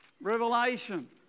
Revelation